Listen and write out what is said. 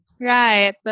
Right